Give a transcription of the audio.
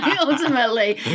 ultimately